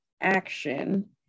action